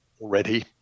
already